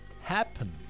happen